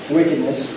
wickedness